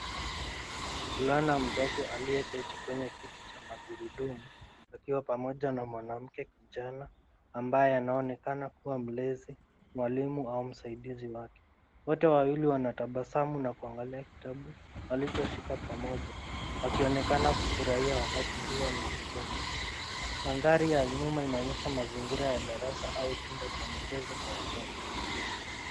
Mvulana mdogo aliyeketi kwenye kiti cha magurudumu akiwa pamoja na mwanamke kijana ambaye anaonekana kuwa mlezi, mwalimu au msaidizi wake. Wote wawili wanatabasamu na kuangalia kitabu walichoshika pamoja wakionekana kufurahia wakati huo na kusoma. Mandhari ya nyuma inaonyesha darasa au chumba cha mchezo kwa watoto.